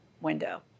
window